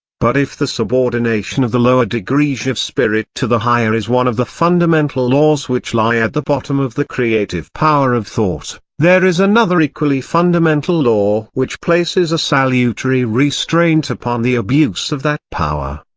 but if the subordination of the lower degrees of spirit to the higher is one of the fundamental laws which lie at the bottom of the creative power of thought, there is another equally fundamental law which places a salutary restraint upon the abuse of that power.